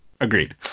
Agreed